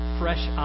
fresh